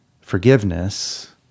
forgiveness